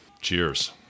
Cheers